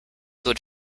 would